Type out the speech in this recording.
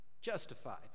justified